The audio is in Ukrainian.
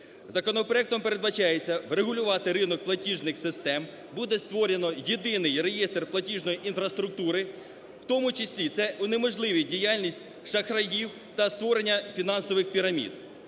Законопроектом передбачається врегулювати ринок платіжних систем. Буде створено єдиний реєстр платіжної інфраструктури, у тому числі це унеможливить діяльність шахраїв та створення фінансових пірамід.